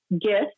gift